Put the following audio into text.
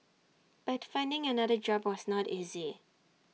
but finding another job was not easy